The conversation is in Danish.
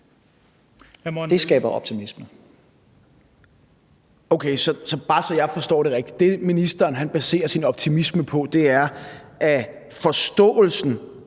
Dahlin (V): Okay, bare så jeg forstår det rigtigt: Det, ministeren baserer sin optimisme på, er, at forståelsen